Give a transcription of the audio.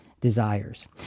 desires